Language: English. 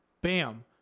bam